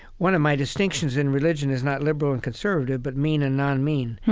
one of my distinctions in religion is not liberal and conservative, but mean and non-mean.